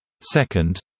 Second